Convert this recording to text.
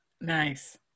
Nice